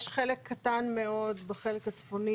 יש חלק קטן מאוד בחלק הצפוני,